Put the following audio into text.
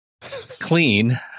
clean